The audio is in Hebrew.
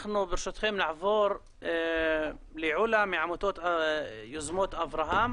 ברשותכם, נעבור לעולא, מעמותת יוזמות אברהם.